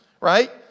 right